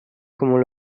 comment